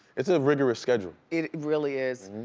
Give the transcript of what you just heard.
it's a rigorous schedule. it really is.